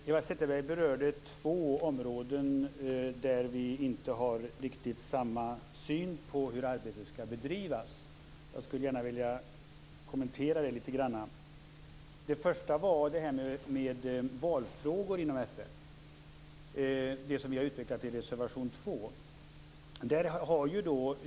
Fru talman! Eva Zetterberg berörde två områden där vi inte har riktigt samma syn på hur arbetet skall bedrivas. Jag skulle gärna vilja kommentera dem litet grand. Det första gällde valfrågor inom FN, vilket vi har utvecklat i reservation 2.